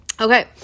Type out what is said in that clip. Okay